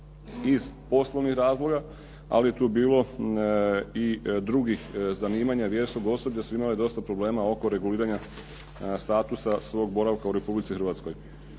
iz poslovnih razloga ali je tu bilo i drugih zanimanja …/Govornik se ne razumije./… osoblja su imali dosta problema oko reguliranja statusa svog boravka u Republici Hrvatskoj.